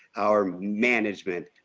our management,